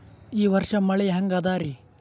ಈ ವರ್ಷ ಮಳಿ ಹೆಂಗ ಅದಾರಿ?